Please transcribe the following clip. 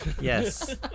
Yes